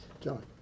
John